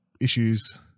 issues